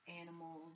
animals